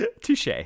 touche